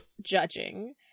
judging